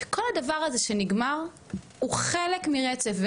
וכל הדבר הזה שנגמר הוא חלק מרצף.